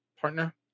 partner